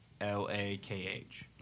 L-A-K-H